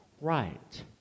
right